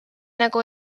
nagu